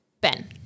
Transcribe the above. Ben